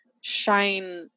shine